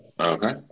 Okay